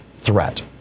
threat